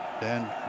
Dan